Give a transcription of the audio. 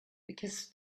because